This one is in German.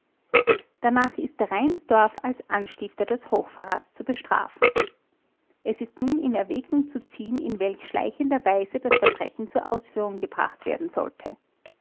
danach ist reinsdorf als anstifter des hochverrats zu bestrafen es ist nun in erwägung zu ziehen in welch schleichender weise das verbrechen zur ausführung gebracht werden sollte